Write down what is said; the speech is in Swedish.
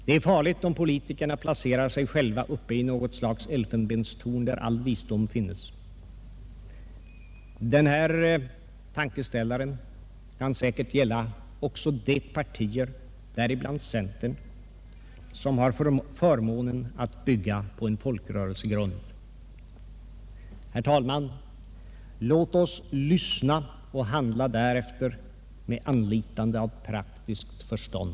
Det är farligt om politikerna placerar sig själva uppe i något slags elfenbenstorn där all visdom finns. Den här tankeställaren kan säkerligen gälla också de partier — däribland centern — som har förmånen att bygga på en folkrörelsegrund. Herr talman! Låt oss lyssna och handla därefter med anlitande av praktiskt förstånd!